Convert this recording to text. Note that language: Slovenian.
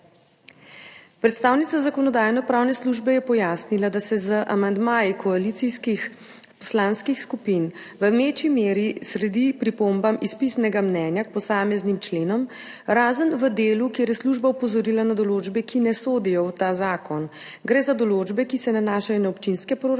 Predstavnica Zakonodajno-pravne službe je pojasnila, da se z amandmaji koalicijskih poslanskih skupin v večji meri sledi pripombam iz pisnega mnenja k posameznim členom, razen v delu, kjer je služba opozorila na določbe, ki ne sodijo v ta zakon. Gre za določbe, ki se nanašajo na občinske proračune,